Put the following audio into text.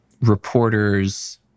reporters